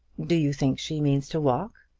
do you think she means to walk?